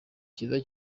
kiza